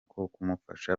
kumufasha